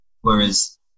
Whereas